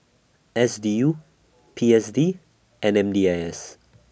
S D U P S D and M D I S